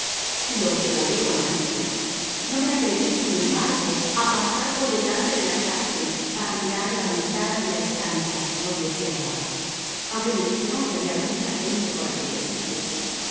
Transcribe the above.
y los devoré con ansia no me atreví sin embargo a pasar por delante de la cárcel para mirar la ventana de la estancia donde se hallaba aunque me dijeron que había mucha gente por aquellos sitios